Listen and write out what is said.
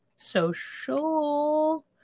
social